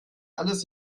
alles